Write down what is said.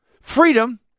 Freedom